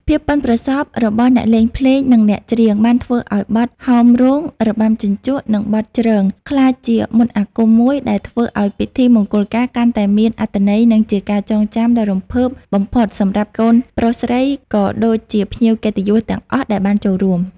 ភាពប៉ិនប្រសប់របស់អ្នកលេងភ្លេង និងអ្នកច្រៀង បានធ្វើឱ្យបទ ហោមរោង របាំជញ្ជក់ និងបទ ជ្រង ក្លាយជាមន្តអាគមមួយដែលធ្វើឱ្យពិធីមង្គលការកាន់តែមានអត្ថន័យ និងជាការចងចាំដ៏រំភើបបំផុតសម្រាប់កូនប្រុសស្រី ក៏ដូចជាភ្ញៀវកិត្តិយសទាំងអស់ដែលបានចូលរួម។